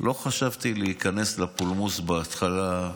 לא חשבתי להיכנס לפולמוס בהתחלה,